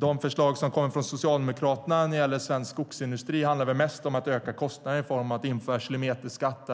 De förslag som kommer från Socialdemokraterna när det gäller svensk skogsindustri handlar väl mest om att öka kostnaderna genom att införa kilometerskatt,